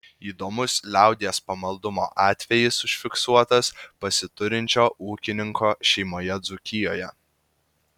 įdomus liaudies pamaldumo atvejis užfiksuotas pasiturinčio ūkininko šeimoje dzūkijoje